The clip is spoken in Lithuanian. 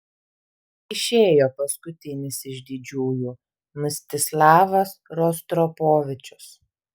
išėjo paskutinis iš didžiųjų mstislavas rostropovičius